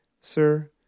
Sir